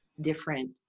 different